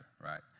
right